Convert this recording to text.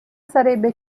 sarebbe